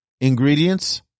ingredients